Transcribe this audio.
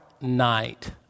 night